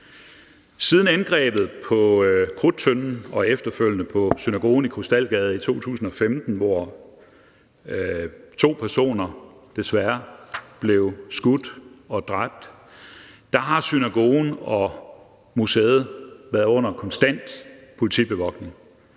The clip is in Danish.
Siden angrebet på Krudttønden og efterfølgende på synagogen i Krystalgade i 2015, hvor to personer desværre blev skudt og dræbt, har synagogen og museet været under konstant politibevogtning,